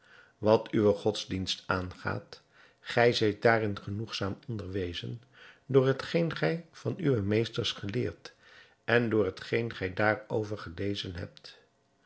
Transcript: wat uwe godsdienst aangaat gij zijt daarin genoegzaam onderwezen door hetgeen gij van uwe meesters geleerd en door hetgeen gij daarover gelezen hebt